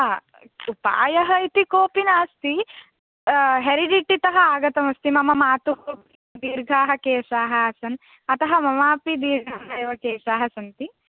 हा उपायः इति कोपि नास्ति हेरेडिटितः आगतमस्ति मम मातुः दीर्घाः केशाः आसन् अतः मम अपि दीर्घाः एव केशाः सन्ति